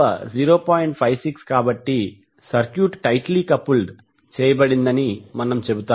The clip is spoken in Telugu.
56 కాబట్టి సర్క్యూట్ టైట్ లీ కపుల్ చేయబడిందని మనము చెబుతాము